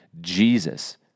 Jesus